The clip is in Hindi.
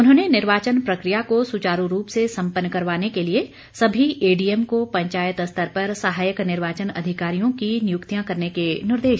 उन्होंने निर्वाचन प्रक्रिया को सुचारू रूप से संपन करवाने के लिए सभी एडीएम को पंचायत स्तर पर सहायक निर्वाचन अधिकारियों की नियुक्तियां करने के निर्देश दिए